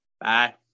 Bye